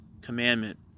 commandment